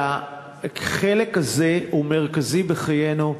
והחלק הזה הוא מרכזי בחיינו,